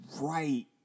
right